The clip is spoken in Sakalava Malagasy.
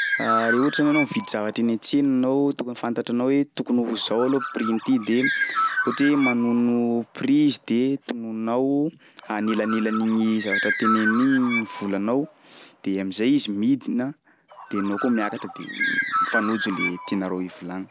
Re ohatra zany anao mividy zavatra eny an-tsena anao tokony fantatranao hoe tokony ho zao aloha prix-n'ity de ohatry hoe manono prix izy de tonononao anelanelan'igny zavatra teneniny igny volanao de am'zay izy midina de anao koa miakatra de mifanojo le tianareo hivolagna.